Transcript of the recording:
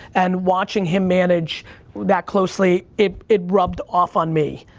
and watching him manage that closely, it it rubbed off on me.